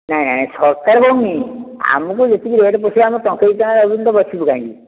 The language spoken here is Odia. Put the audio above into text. ନାହିଁ ଆଜ୍ଞା ସରକାର ଦେଉନି ଆମକୁ ଯେତିକି ରେଟ୍ ପୋଷେଇବ ଆମେ ଟଙ୍କା ଦୁଇ ଟଙ୍କାର ନହେଲେ ବସିବୁ କାହିଁକି